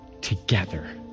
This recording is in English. together